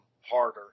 harder